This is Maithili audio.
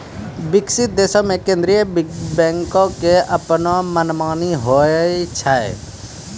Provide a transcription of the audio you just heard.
विकसित देशो मे केन्द्रीय बैंको के अपनो मनमानी होय छै